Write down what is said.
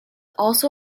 also